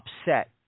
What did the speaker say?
upset